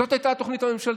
זאת הייתה התוכנית הממשלתית.